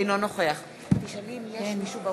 אינו נוכח יש מישהו,